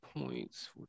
points